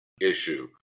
issue